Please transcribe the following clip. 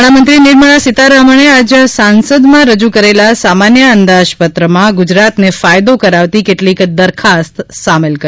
નાણાંમંત્રી નિર્મળા સિતારામને આજે સાંસદ માં રજૂ કરેલા સામાન્ય અંદાજપત્રમાં ગુજરાત ને ફાયદો કરાવતી કેટલીક દરખાસ્ત સામેલ કરી